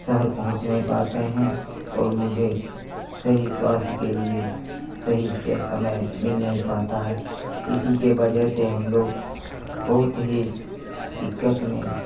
शहर पहुँच नहीं पाते हैं और मुझे सही स्वास्थ्य के लिए सही समय मिल नहीं पाता है इसी के वजह से हम लोग बहुत ही दिक्कत में